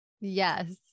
Yes